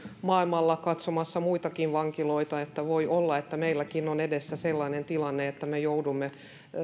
maailmalla katsomassa muitakin vankiloita että voi olla että meilläkin on edessä sellainen tilanne että me joudumme